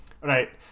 right